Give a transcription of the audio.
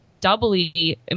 doubly